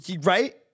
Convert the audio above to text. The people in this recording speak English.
Right